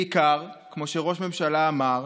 בעיקר, כמו שראש הממשלה אמר,